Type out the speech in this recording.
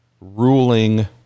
ruling